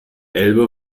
elbe